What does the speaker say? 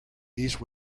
these